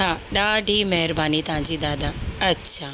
हा ॾाढी महिरबानी तव्हांजी दादा अच्छा